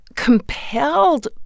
compelled